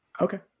Okay